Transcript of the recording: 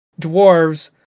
dwarves